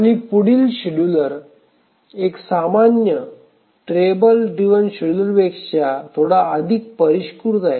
आणि पुढील शेड्यूलर एक सामान्य टेबल ड्रिव्हन शेड्यूलरपेक्षा थोडा अधिक परिष्कृत आहे